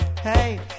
hey